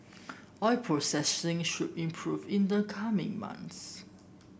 oil processing should improve in the coming months